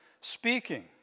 speaking